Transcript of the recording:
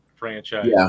franchise